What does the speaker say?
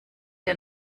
der